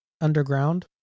underground